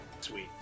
Sweet